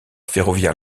ferroviaire